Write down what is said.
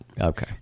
Okay